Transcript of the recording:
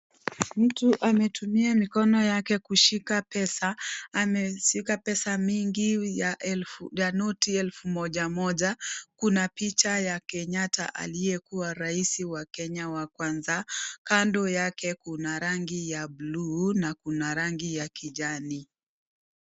Mtu ametumia mikono yake kushika pesa ,ameshika pesa mingi ya noti ya elfu mojamoja kuna picha ya Kenyatta aliye kuwa Rais wa Kenya wa kwanza, kando yake kuna rangi ya buluu na kuna rangi ya kijani.